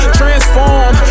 transform